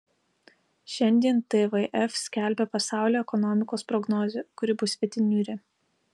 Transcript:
šiandien tvf skelbia pasaulio ekonomikos prognozę kuri bus itin niūri